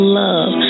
love